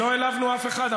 לא העלבנו אף אחד.